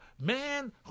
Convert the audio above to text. man